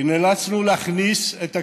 כי נאלצנו להכניס את הקשישים,